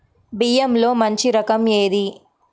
బియ్యంలో మంచి రకం ఏది?